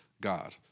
God